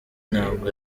ntabwo